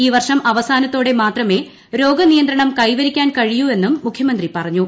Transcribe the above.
ഈ വർഷം അവസാനത്തോടെ മാത്രമേ രോഗ നിയന്ത്രണം കൈവരിക്കാൻ കഴിയൂ എന്നും മുഖ്യമന്ത്രി പറഞ്ഞു